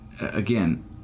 again